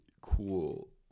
cool